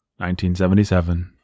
1977